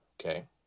Okay